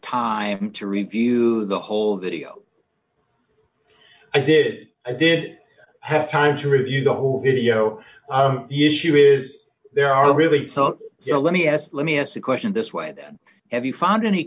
time to review the whole video i did i did have time to review the whole video the issue is there are really so you know let me ask let me ask the question this way then have you found any